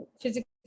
physical